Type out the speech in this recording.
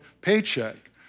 paycheck